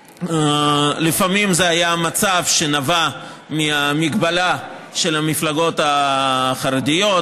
לפעמים זה היה מצב שנבע מהמגבלה של המפלגות החרדיות,